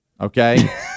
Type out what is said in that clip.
Okay